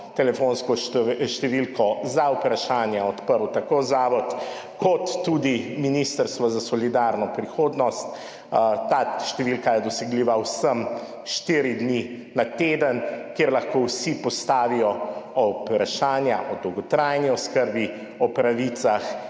telefonsko številko za vprašanja odprla tako Zavod kot tudi Ministrstvo za solidarno prihodnost. Ta številka je dosegljiva vsem štiri dni na teden, kjer lahko vsi postavijo vprašanja o dolgotrajni oskrbi, o pravicah